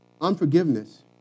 Unforgiveness